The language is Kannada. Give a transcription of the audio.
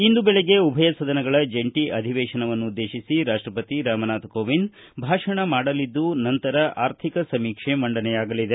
ಇಂದು ಬೆಳಗ್ಗೆ ಉಭಯ ಸದನಗಳ ಜಂಟಿ ಅಧಿವೇಶನವನ್ನುದ್ದೇಶಿಸಿ ರಾಷ್ಟವತಿ ರಾಮನಾಥ್ ಕೋವಿಂದ್ ಭಾಷಣ ಮಾಡಲಿದ್ದು ನಂತರ ಆರ್ಥಿಕ ಸಮೀಕ್ಷೆ ಮಂಡನೆಯಾಗಲಿದೆ